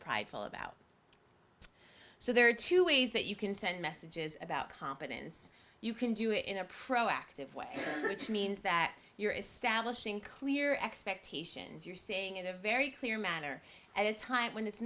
prideful about so there are two ways that you can send messages about competence you can do it in a proactive way which means that you're establishing clear expectations you're saying in a very clear manner at a time when it's